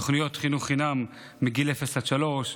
תוכניות חינוך חינם מגיל אפס עד שלוש,